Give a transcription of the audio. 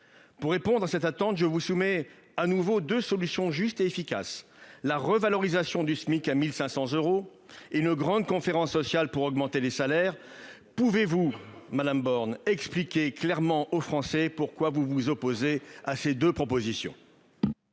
Pour répondre à cette attente, je vous soumets de nouveau deux solutions justes et efficaces : la revalorisation du SMIC à 1 500 euros et une grande conférence sociale pour augmenter les salaires. Pouvez-vous, madame Borne, expliquer clairement aux Français pourquoi vous vous opposez à ces deux propositions ?